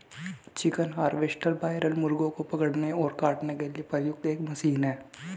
chicken harvester broiler मुर्गों को पकड़ने और काटने के लिए प्रयुक्त एक मशीन है